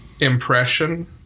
impression